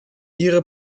ihre